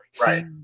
Right